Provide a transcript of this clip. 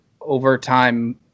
overtime